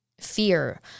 fear